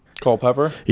Culpepper